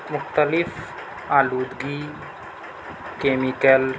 مختلف آلودگی کیمیکل